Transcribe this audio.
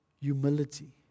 humility